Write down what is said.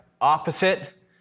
opposite